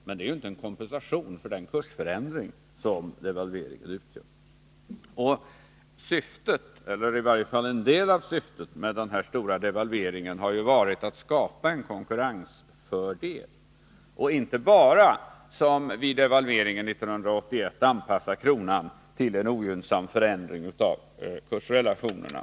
Men det är ju inte någon kompensation för den kursförändring som devalveringen utgör. Syftet, eller åtminstone en del av syftet, med den stora devalveringen var att skapa en konkurrensfördel, och inte som vid devalveringen 1981 bara att anpassa kronan till en ogynnsam förändring av kursrelationerna.